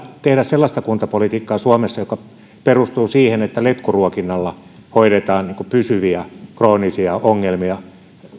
tehdä suomessa sellaista kuntapolitiikkaa joka perustuu siihen että letkuruokinnalla hoidetaan pysyviä kroonisia ongelmia